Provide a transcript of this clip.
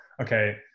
okay